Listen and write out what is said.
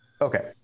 Okay